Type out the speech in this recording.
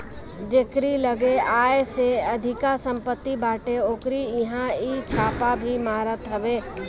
जेकरी लगे आय से अधिका सम्पत्ति बाटे ओकरी इहां इ छापा भी मारत हवे